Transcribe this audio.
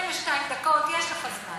22 דקות, יש לך זמן.